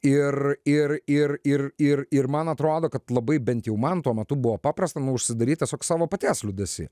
ir ir ir ir ir ir man atrodo kad labai bent jau man tuo metu buvo paprasta nu užsidaryt tiesiog savo paties liūdesy